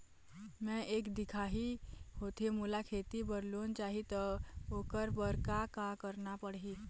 मैं एक दिखाही होथे मोला खेती बर लोन चाही त ओकर बर का का करना पड़ही?